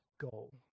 goal